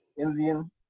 Indian